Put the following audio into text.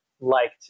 liked